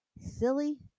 Silly